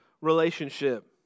relationship